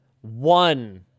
one